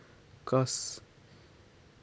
cause